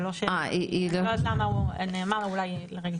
אני לא יודעת למה נאמר שלא.